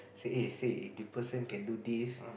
say eh say this person can do this